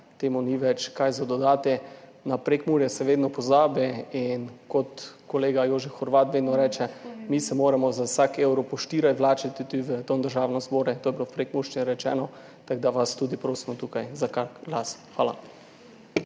temu ni več kaj za dodati. Na Prekmurje se vedno pozabi in kot kolega Jožef Horvat vedno reče, mi se moramo za vsak evro »po štirej«(?) vlačiti tudi v Državnem zboru, to je bilo v prekmurščini rečeno, tako da vas tudi prosim tukaj za kak glas. Hvala.